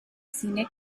cine